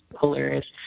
hilarious